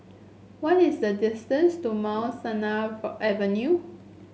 what is the distance to Mount Sinai Avenue